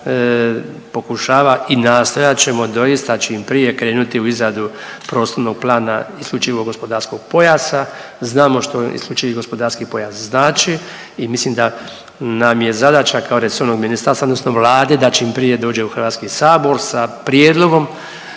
pokušava i nastojat ćemo doista čim prije krenuti u izradu prostornog plana isključivog gospodarskog pojasa. Znamo što je isključivi gospodarski pojas znači i mislim da nam je zadaća kao resornog ministarstva odnosno Vlade da čim prije dođe u HS sa prijedlogom